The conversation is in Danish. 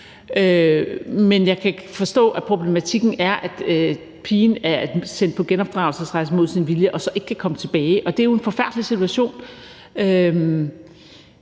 Men jeg kan forstå, at problematikken er, at pigen er sendt på genopdragelsesrejse mod sin vilje og ikke kan komme tilbage. Og det er jo en forfærdelig situation.